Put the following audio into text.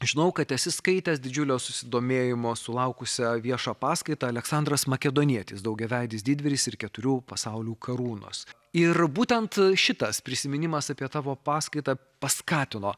žinau kad esi skaitęs didžiulio susidomėjimo sulaukusią viešą paskaitą aleksandras makedonietis daugiaveidis didvyris ir keturių pasaulių karūnos ir būtent šitas prisiminimas apie tavo paskaitą paskatino